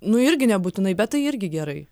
nu irgi nebūtinai bet tai irgi gerai